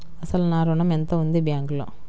అసలు నా ఋణం ఎంతవుంది బ్యాంక్లో?